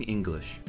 English